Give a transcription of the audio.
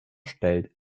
stellt